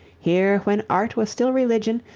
here, when art was still religion,